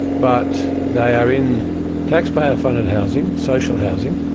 but they are in taxpayer-funded housing, social housing,